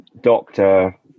doctor